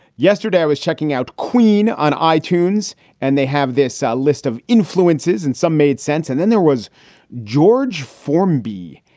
yesterday i was checking out queen on itunes and they have this list of influences and some made sense. and then there was george formby.